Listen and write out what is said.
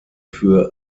für